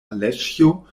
aleĉjo